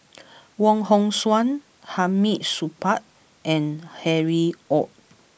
Wong Hong Suen Hamid Supaat and Harry Ord